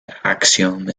axiom